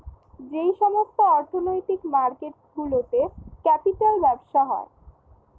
যেই সমস্ত অর্থনৈতিক মার্কেট গুলোতে ক্যাপিটাল ব্যবসা হয়